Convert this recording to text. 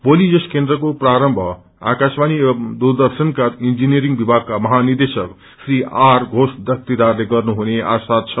भोली यस केन्द्रको प्रारम्ब आकाशवाणी दूरदर्शनको इंजीनियरिङ विभागक्रा महानिदेशक श्री आर घोष दस्तीदारले गर्नु हुने आशा छ